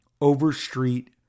Overstreet